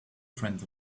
friend